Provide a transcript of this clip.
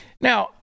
Now